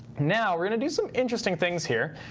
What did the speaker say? now, we're going to do some interesting things here.